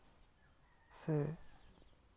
ᱥᱮ